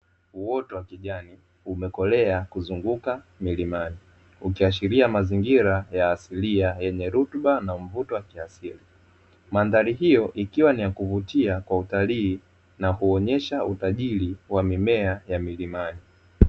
Uoto wa kijani umekolea kuzunguka milimani ukiashiria mazingira ya asilia yenye rutuba na mvuto wa kiasili. Mandhari hiyo ikiwa ni ya kuvutia kwa utalii na kuonyesha utajiri wa mimea ya milimani.